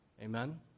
Amen